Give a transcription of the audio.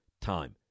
time